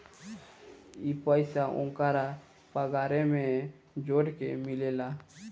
ई पइसा ओन्करा पगारे मे जोड़ के मिलेला